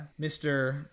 Mr